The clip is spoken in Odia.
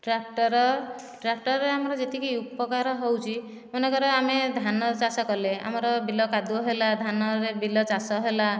ଟ୍ରାକ୍ଟର ଟ୍ରାକ୍ଟରରେ ଆମର ଯେତିକି ଉପକାର ହେଉଛି ମନେକର ଆମେ ଧାନ ଚାଷ କଲେ ଆମର ବିଲ କାଦୁଅ ହେଲା ଧାନରେ ବିଲ ଚାଷ ହେଲା